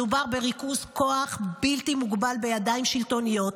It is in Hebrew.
מדובר בריכוז כוח בלתי מוגבל בידיים שלטוניות.